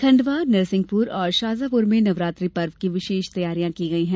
खंडवा नरसिंहपुर और शाजापुर में नवरात्रि पर्व की विशेष तैयारियां की गई हैं